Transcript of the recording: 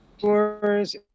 tours